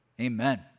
amen